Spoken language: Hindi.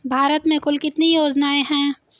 भारत में कुल कितनी योजनाएं हैं?